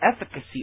efficacy